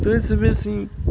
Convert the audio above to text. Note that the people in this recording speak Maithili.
ताहि से बेसी